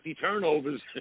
turnovers